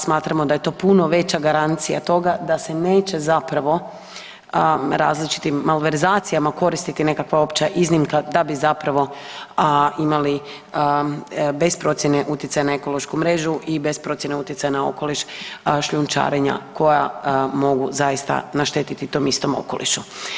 Smatramo da je to puno veća garancija toga da se neće zapravo različitim malverzacijama koristiti nekakva opća iznimka da bi zapravo imali bez procjene utjecaja na ekološku mrežu i bez procjene utjecaja na okoliš, šljunčarenja koja mogu zaista naštetiti tom istom okolišu.